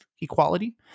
equality